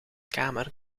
kamer